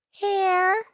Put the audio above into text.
hair